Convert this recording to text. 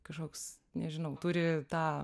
kažkoks nežinau turi tą